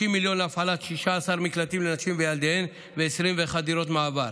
30 מיליון להפעלת 16 מקלטים לנשים וילדיהן ו-21 דירות מעבר,